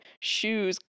shoes